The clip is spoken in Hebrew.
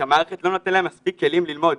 שהמערכת לא נותנת להם מספיק כלים ללמוד,